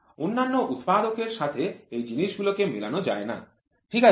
অন্যান্য উৎপাদকের সাথে এই জিনিসগুলো কে মেলানো যায় না ঠিক আছে